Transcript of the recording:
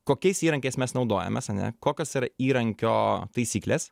kokiais įrankiais mes naudojamės ane kokios yra įrankio taisyklės